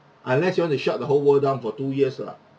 unless you want to shut the whole world down for two years lah